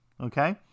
okay